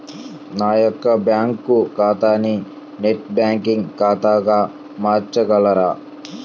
నా యొక్క బ్యాంకు ఖాతాని నెట్ బ్యాంకింగ్ ఖాతాగా మార్చగలరా?